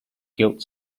gilt